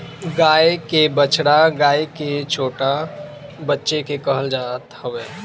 गाई के बछड़ा गाई के छोट बच्चा के कहल जात हवे